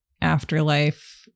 afterlife